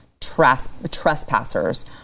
trespassers